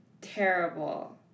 Terrible